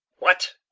what?